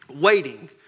waiting